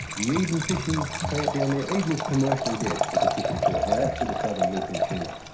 the eden fishing plant down there, eden is commercially dead as a fishing port, now that's with the southern bluefin tuna.